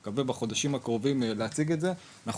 אי מקווה בחודשים הקרובים בשביל להציג את זה אנחנו